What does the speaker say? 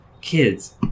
Kids